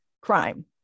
crime